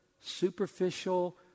superficial